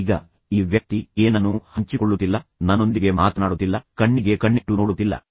ಈಗ ಈ ವ್ಯಕ್ತಿ ಏನನ್ನೂ ಹಂಚಿಕೊಳ್ಳುತ್ತಿಲ್ಲ ನನ್ನೊಂದಿಗೆ ಮಾತನಾಡುತ್ತಿಲ್ಲ ಕಣ್ಣಿಗೆ ಕಣ್ಣಿಟ್ಟು ನೋಡುತ್ತಿಲ್ಲ